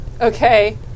Okay